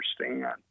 understand